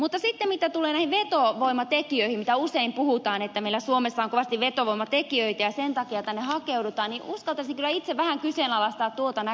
mutta sitten mitä tulee näihin vetovoimatekijöihin mistä usein puhutaan että meillä suomessa on kovasti vetovoimatekijöitä ja sen takia tänne hakeudutaan niin uskaltaisin kyllä itse vähän kyseenalaistaa tuota näkökulmaa